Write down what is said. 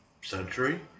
century